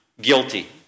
guilty